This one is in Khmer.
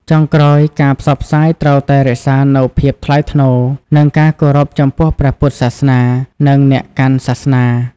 ចុងក្រោយ ការផ្សព្វផ្សាយត្រូវតែរក្សានូវភាពថ្លៃថ្នូរ និងការគោរពចំពោះព្រះពុទ្ធសាសនា និងអ្នកកាន់សាសនា។